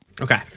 okay